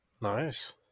Nice